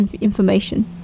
information